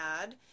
add